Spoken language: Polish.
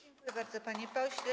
Dziękuję bardzo, panie pośle.